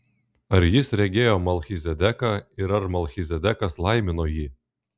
ar jis regėjo melchizedeką ir ar melchizedekas laimino jį